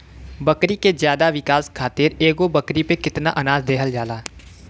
बकरी के ज्यादा विकास खातिर एगो बकरी पे कितना अनाज देहल जाला?